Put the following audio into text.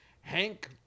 Hank